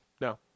No